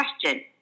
question